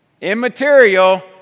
Immaterial